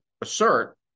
assert